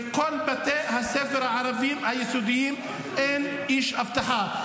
בכל בתי הספר הערבים היסודיים אין איש אבטחה.